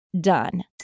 done